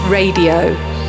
Radio